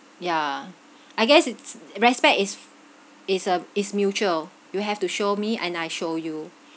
yeah I guess it's respect is is uh is mutual you have to show me and I show you